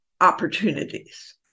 opportunities